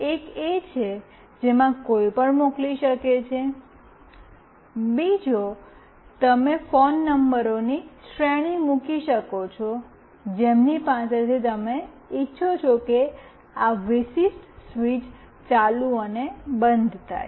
એક એ છે જેમાં કોઈ પણ મોકલી શકે છે બીજો તમે ફોન નંબરોની શ્રેણી મૂકી શકો છો જેમની પાસેથી તમે ઇચ્છો છો કે આ વિશિષ્ટ સ્વીચ ચાલુ અને બંધ થાય